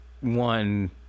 one